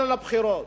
בגלל הבחירות.